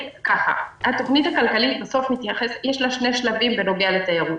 התוכנית הכלכלית, יש לה שני שלבים בנוגע לתיירות.